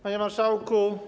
Panie Marszałku!